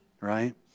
right